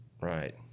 right